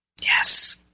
Yes